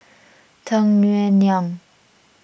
Tung Yue Nang